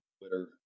Twitter